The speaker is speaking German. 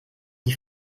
die